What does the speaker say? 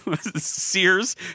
Sears